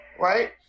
right